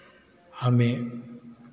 हमें